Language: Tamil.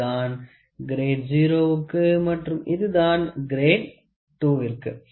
இதுதான் கிரேட் 0 வுக்கு மற்றும் இதுதான் கிரேட் 2 டிற்கு